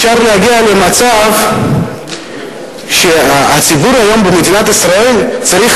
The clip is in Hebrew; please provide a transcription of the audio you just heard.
אפשר להגיע למצב שהציבור היום במדינת ישראל צריך